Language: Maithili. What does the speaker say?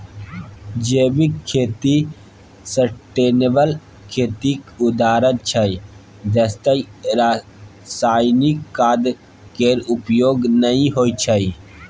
जैविक खेती सस्टेनेबल खेतीक उदाहरण छै जतय रासायनिक खाद केर प्रयोग नहि होइ छै